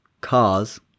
Cars